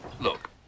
Look